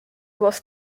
was